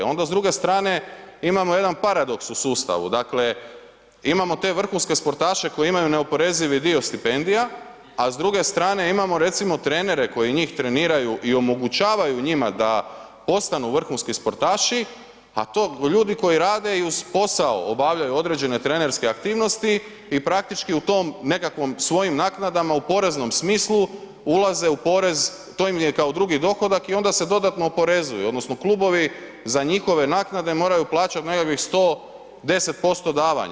Onda s druge strane imamo jedan paradoks u sustavu, dakle imamo te vrhunske sportaše koji imaju neoporezivi dio stipendija, a s druge strane imamo trenere koji njih treniraju i omogućavaju njima da postanu vrhunski sportaši, a to ljudi koji rade i uz posao obavljaju određene trenerske aktivnosti i praktički u tim svojom nekakvim naknadama u poreznom smislu ulaze u porez, to im je kao drugi dohodak i onda se dodatno oporezuje odnosno klubovi za njihove naknade moraju plaćati nekakvih 110% davanja.